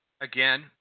again